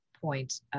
point